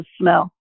smell